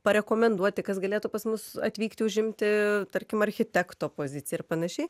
parekomenduoti kas galėtų pas mus atvykti užimti tarkim architekto poziciją ir panašiai